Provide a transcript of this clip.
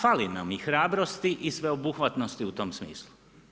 Fali nam i hrabrosti i sveobuhvatnosti u tom smislu.